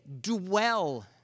Dwell